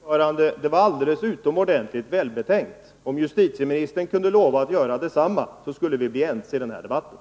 Herr talman! Det var alldeles utomordentligt välbetänkt. Om justitieministern kunde lova att göra detsamma, skulle vi bli ense i den här debatten.